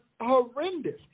horrendous